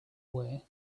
way